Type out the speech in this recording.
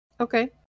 Okay